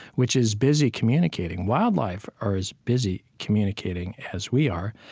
which is busy communicating. wildlife are as busy communicating as we are,